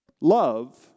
Love